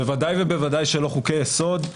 ודאי לא חוקי יסוד,